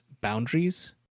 boundaries